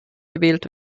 gewählt